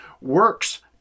works